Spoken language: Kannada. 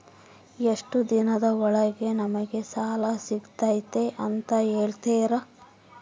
ಎಷ್ಟು ದಿನದ ಒಳಗೆ ನಮಗೆ ಸಾಲ ಸಿಗ್ತೈತೆ ಅಂತ ಹೇಳ್ತೇರಾ?